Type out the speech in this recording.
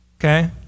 okay